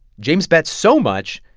james bet so much,